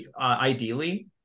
ideally